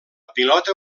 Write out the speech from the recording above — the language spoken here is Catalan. pilota